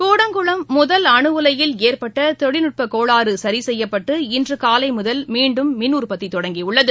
கூடங்குளம் முதல் அணுஉலையில் ஏற்பட்ட தொழில்நட்ப கோளாறு சரி செய்யப்பட்டு இன்று காலை முதல் மீண்டும் மின் உற்பத்தி தொடங்கி உள்ளது